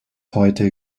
heute